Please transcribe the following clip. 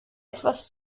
etwas